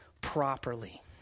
properly